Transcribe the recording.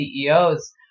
CEOs